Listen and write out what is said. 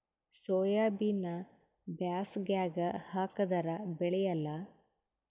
ಸೋಯಾಬಿನ ಬ್ಯಾಸಗ್ಯಾಗ ಹಾಕದರ ಬೆಳಿಯಲ್ಲಾ?